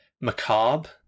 Macabre